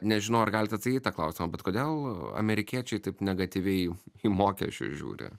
nežinau ar galit atsakyt į tą klausimą bet kodėl amerikiečiai taip negatyviai į mokesčius žiūri